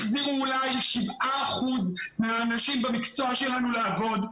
החזירו אולי 7 אחוזים מהאנשים במקצוע שלנו לעבוד.